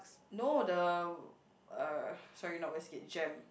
no the uh sorry not Westgate Jem